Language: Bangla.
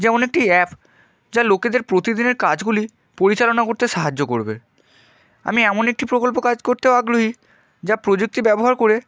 যেমন একটি অ্যাপ যা লোকেদের প্রতিদিনের কাজগুলি পরিচালনা করতে সাহায্য করবে আমি এমন একটি প্রকল্পে কাজ করতেও আগ্রহী যা প্রযুক্তি ব্যবহার করে